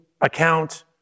account